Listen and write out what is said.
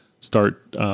start